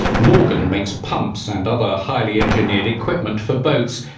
morgan makes pumps and other highly-engineered equipment for boats.